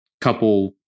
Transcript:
couple